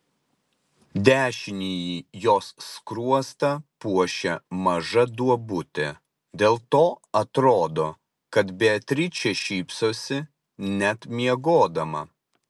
dešinįjį jos skruostą puošia maža duobutė dėl to atrodo kad beatričė šypsosi net miegodama